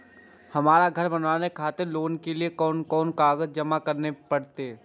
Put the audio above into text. हमरा घर बनावे खातिर लोन के लिए कोन कौन कागज जमा करे परते?